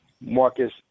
Marcus